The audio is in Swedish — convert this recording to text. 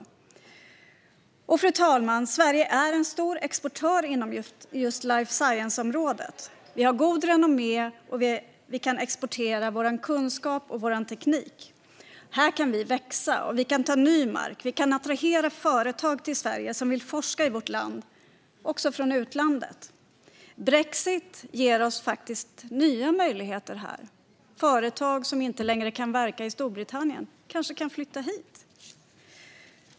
Fru talman! Sverige är en stor exportör inom just life science-området. Vi har gott renommé, och vi kan exportera vår kunskap och vår teknik. Här kan vi växa och vinna ny mark. Vi kan attrahera företag till Sverige som vill forska i vårt land, också från utlandet. Brexit ger oss faktiskt nya möjligheter. Företag som inte längre kan verka i Storbritannien kanske kan flytta hit.